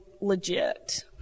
legit